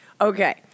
Okay